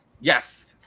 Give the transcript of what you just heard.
Yes